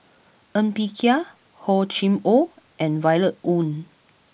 Ng Bee Kia Hor Chim Or and Violet Oon